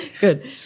Good